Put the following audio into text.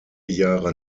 jahre